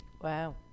Wow